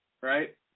right